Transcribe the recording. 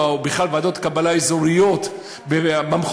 ובכלל ועדות קבלה אזוריות ומחוזיות,